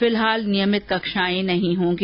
फिलहाल नियमित कक्षाएं नहीं लगेगी